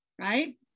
right